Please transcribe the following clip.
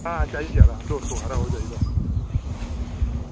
आं चाही आह्ला दौ सौ हारा ओह् चाहिदा